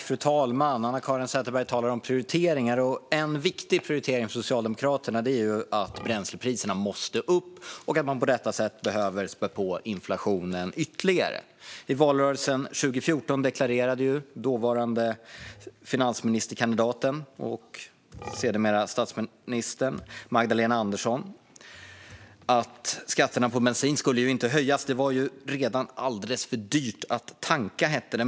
Fru talman! Anna-Caren Sätherberg talar om prioriteringar. En viktig prioritering för Socialdemokraterna är att bränslepriserna måste upp och att man på detta sätt behöver spä på inflationen ytterligare. I valrörelsen 2014 deklarerade dåvarande finansministerkandidaten och sedermera statsministern, Magdalena Andersson, att skatterna på bensin inte skulle höjas. Det var redan alldeles för dyrt att tanka, hette det.